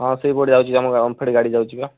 ହଁ ସେଇପଟେ ଯାଉଛି ଆମ ଓମ୍ଫେଡ୍ ଗାଡ଼ି ଯାଉଛି ବା